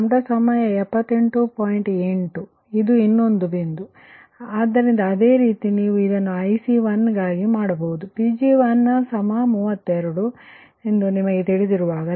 8 ಇದು ಇನ್ನೊಂದು ಬಿಂದು ಆದ್ದರಿಂದ ಅದೇ ರೀತಿ ನೀವು ಇದನ್ನು IC1 ಗಾಗಿ ಮಾಡಬಹುದು Pg132ನಿಮಗೆ ತಿಳಿದಿರುವಾಗ λ46